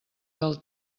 del